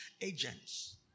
agents